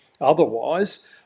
otherwise